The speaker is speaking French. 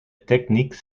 technique